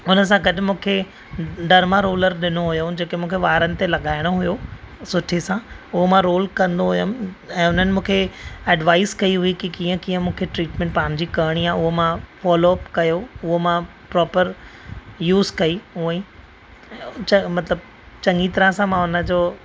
हुनसा गॾु मूंखे डरमारोलर डिनो हुयो जेको मुखे वारनि ते लगाणो होयो सुठे सा हूं मां रोल कंदो हुयुम ऐ हुननि मूंखे एडवाइस कई हुई कू कीअं मूंखे ट्रिटमेंट पांहिंजी करणी आ हूअ मां फोलोअप कयो हूअ मां प्रोपर यूस कई हुअईं मतिलब चङी तरह जो मां हुनजो